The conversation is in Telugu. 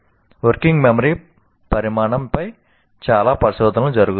వర్కింగ్ మెమరీ పరిమాణంపై చాలా పరిశోధనలు జరుగుతాయి